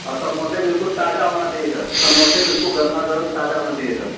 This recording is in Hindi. और समोसे बिल्कुल ताजा होना चाहिए सर समोसे बिल्कुल गरमा गर्म ताजा होना चाहिए सर